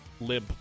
lib